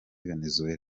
venezuela